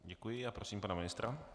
Děkuji a prosím pana ministra.